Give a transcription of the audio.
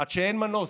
עד שאין מנוס.